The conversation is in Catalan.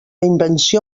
invenció